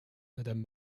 madame